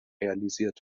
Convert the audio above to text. realisiert